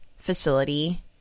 Facility